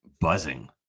buzzing